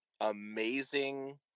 amazing